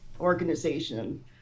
organization